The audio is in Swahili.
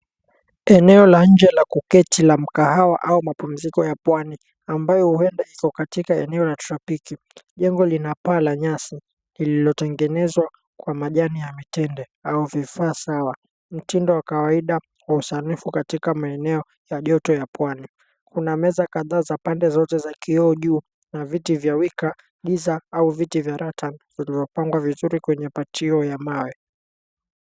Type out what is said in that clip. Eneo la nje la kuketi la mkahawa au mapumziko ya pwani, ambayo huenda iko katika eneo la tropiki. Jengo lina paa la nyasi lililotengenezwa kwa majani ya mitende au vifaa sawa, mtindo wa kawaida kwa usanifu katika maeneo ya joto ya pwani. Kuna meza kadhaa za pande zote za kioo juu na viti vya wika, giza, au viti vya ratan, vilivyopangwa vizuri kwenye patio ya mawe.